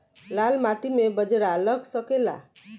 लाल माटी मे बाजरा लग सकेला?